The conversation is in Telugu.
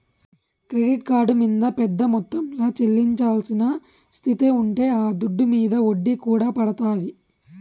క్రెడిట్ కార్డు మింద పెద్ద మొత్తంల చెల్లించాల్సిన స్తితే ఉంటే ఆ దుడ్డు మింద ఒడ్డీ కూడా పడతాది